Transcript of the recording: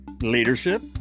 leadership